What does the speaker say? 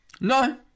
No